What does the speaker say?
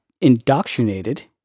indoctrinated